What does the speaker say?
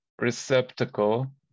receptacle